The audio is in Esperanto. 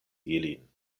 ilin